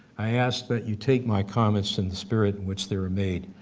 i ask that you take my comments in spirit in which they were made.